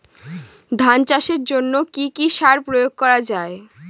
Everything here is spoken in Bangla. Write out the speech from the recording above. ধান চাষের জন্য কি কি সার প্রয়োগ করা য়ায়?